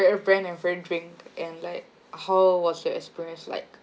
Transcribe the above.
favourite brand and favourite drink and like how was your experience like